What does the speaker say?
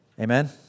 Amen